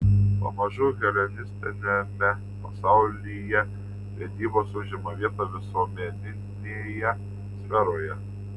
pamažu helenistiniame pasaulyje vedybos užima vietą visuomeninėje sferoje